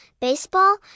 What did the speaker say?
baseball